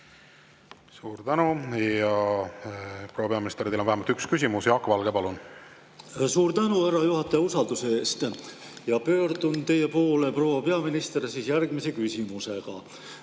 Suur tänu! Proua peaminister, teile on vähemalt üks küsimus. Jaak Valge, palun! Suur tänu, härra juhataja, usalduse eest! Pöördun teie poole, proua peaminister, järgmise küsimusega.